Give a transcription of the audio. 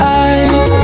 eyes